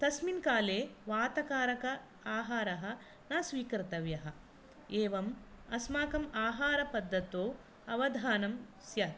तस्मिन् काले वातकारक आहारः न स्वीकर्तव्यः एवम् अस्माकम् आहारपद्धतौ अवधानं स्यात्